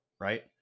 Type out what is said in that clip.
right